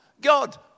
God